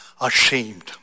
ashamed